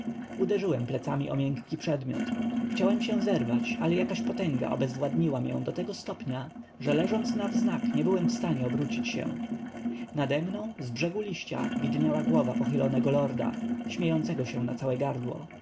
uderzyłem plecami o miękki przedmiot chciałem się zerwać ale jakaś potęga obezwładniła mię do tego stopnia że leżąc na wznak nie byłem wstanie obrócić się nademną z brzegu liścia widniała głowa pochylonego lorda śmiejącego się na całe gardło